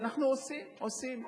ואנחנו עושים, עושים.